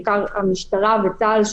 בעיקר המשטרה וצה"ל,